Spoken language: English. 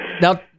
now